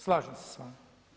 Slažem se s vama.